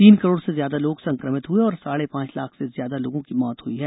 तीन करोड़ से ज्यादा लोग संक्रमित हुए और साढ़े पांच लाख से ज्यादा लोगों की मौत हुई है